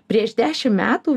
prieš dešimt metų